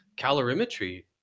calorimetry